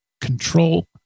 control